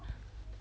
mm